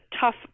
tough